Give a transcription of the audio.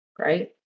right